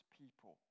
people